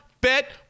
bet